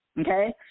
Okay